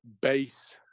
base